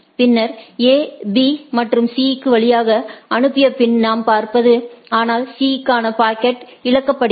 பின்னர் A B மற்றும் C க்கு வழியை அனுப்பிய பின் நாம் பார்ப்பது ஆனால் C க் கான பாக்கெட் இழக்கப்படுகிறது